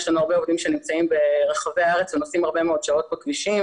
יש לנו הרבה עובדים שנמצאים ברחבי הארץ ונוסעים הרבה מאוד שעות בכבישים,